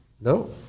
No